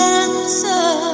answer